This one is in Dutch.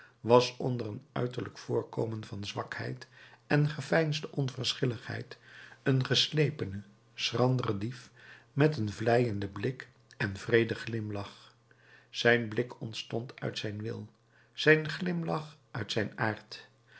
was onder een uiterlijk voorkomen van zwakheid en geveinsde onverschilligheid een geslepene schrandere dief met een vleienden blik en wreeden glimlach zijn blik ontstond uit zijn wil zijn glimlach uit zijn